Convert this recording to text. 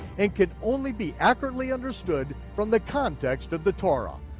and can only be accurately understood from the context of the torah,